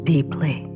Deeply